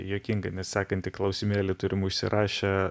juokingą mes sekantį klausimėlį turim užsirašę